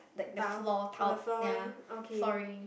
tile or the flooring okay